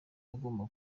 wagomba